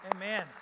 Amen